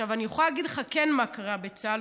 אני יכולה להגיד לך מה כן קרה בצה"ל,